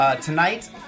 tonight